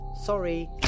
Sorry